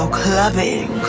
clubbing